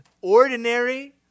ordinary